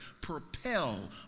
propel